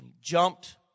jumped